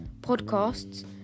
podcasts